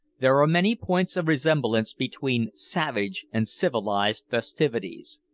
there are many points of resemblance between savage and civilised festivities.